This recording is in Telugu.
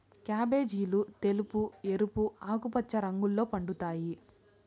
క్యాబేజీలు తెలుపు, ఎరుపు, ఆకుపచ్చ రంగుల్లో పండుతాయి